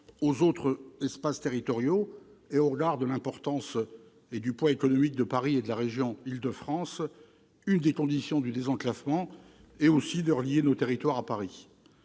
aux autres espaces territoriaux. Au regard du poids économique de Paris et de la région Île-de-France, l'une des conditions du désenclavement est aussi de relier nos territoires à Paris.